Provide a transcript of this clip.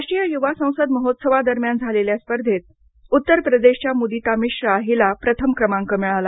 राष्ट्रीय युवा संसद महोत्सवादरम्यान झालेल्या स्पर्धेत उत्तर प्रदेशच्या मुदिता मिश्रा हिला प्रथम क्रमांक मिळाला